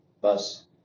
bus